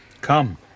Come